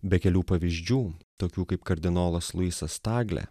be kelių pavyzdžių tokių kaip kardinolas luisas tagle